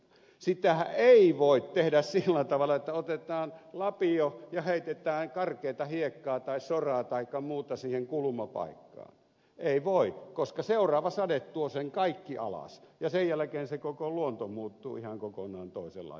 sitähän ei voi tehdä sillä tavalla että otetaan lapio ja heitetään karkeata hiekkaa tai soraa taikka muuta siihen kulumapaikkaan ei voi koska seuraava sade tuo sen kaiken alas ja sen jälkeen se koko luonto muuttuu ihan kokonaan toisenlaiseksi